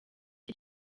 cye